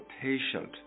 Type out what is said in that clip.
patient